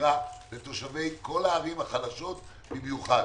ממש לתושבי כל הערים החלשות במיוחד.